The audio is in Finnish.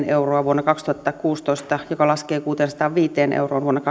euroa vuonna kaksituhattakuusitoista joka laskee kuuteensataanviiteen euroon vuonna